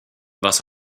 was